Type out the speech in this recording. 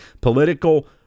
political